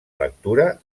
lectura